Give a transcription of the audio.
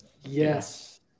Yes